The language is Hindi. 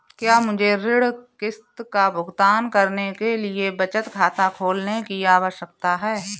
क्या मुझे ऋण किश्त का भुगतान करने के लिए बचत खाता खोलने की आवश्यकता है?